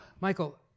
Michael